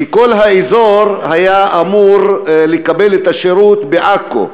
כי כל האזור היה אמור לקבל את השירות בעכו.